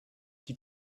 die